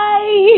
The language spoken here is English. Bye